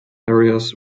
areas